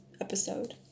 episode